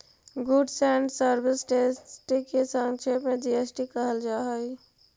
goods and service test के संक्षेप में जी.एस.टी कहल जा हई